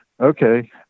okay